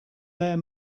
their